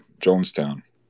Jonestown